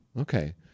Okay